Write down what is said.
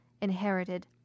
inherited